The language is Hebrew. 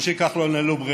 משה כחלון, אין לו ברירה.